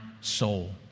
soul